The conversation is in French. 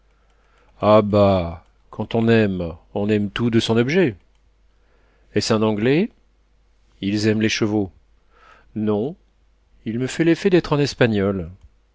quand on aime on aime tout de son objet est-ce un anglais ils aiment les chevaux non il me fait l'effet d'être un espagnol